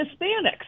Hispanics